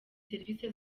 serivisi